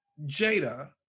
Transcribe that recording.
Jada